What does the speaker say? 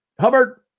Hubbard